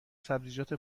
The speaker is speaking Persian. سبزیجات